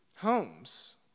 homes